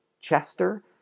Chester